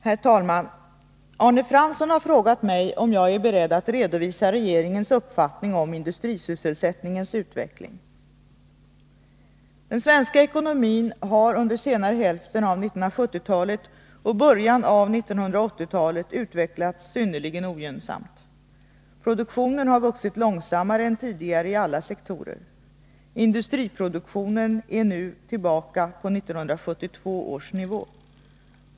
Herr talman! Arne Fransson har frågat mig om jag är beredd att redovisa regeringens uppfattning om industrisysselsättningens utveckling. Den svenska ekonomin har under senare hälften av 1970-talet och början av 1980-talet utvecklats synnerligen ogynnsamt. Produktionen har vuxit långsammare än tidigare i alla sektorer. Industriproduktionen är nu tillbaka på 1972 års nivå.